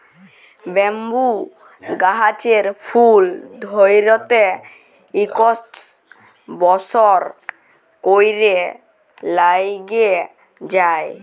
bamboo গাহাচের ফুল ধ্যইরতে ইকশ বসর ক্যইরে ল্যাইগে যায়